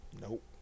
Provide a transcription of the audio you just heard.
Nope